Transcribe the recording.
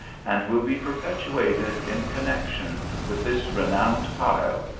and will be perpetuated in connexion with this renowned pile,